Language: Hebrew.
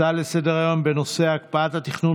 הצעה לסדר-היום בנושא הקפאת התכנון